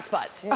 butts. yeah